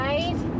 Right